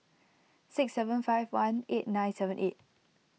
six seven five one eight nine seven eight